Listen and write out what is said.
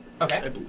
Okay